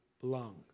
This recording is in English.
belong